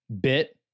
bit